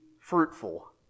fruitful